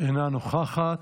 אינה נוכחת.